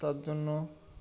তার জন্য